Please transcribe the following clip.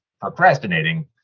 procrastinating